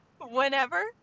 whenever